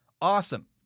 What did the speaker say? Awesome